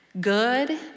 Good